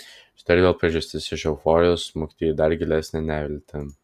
štai ir vėl priežastis iš euforijos smukti į dar gilesnę neviltį